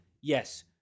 Yes